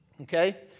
Okay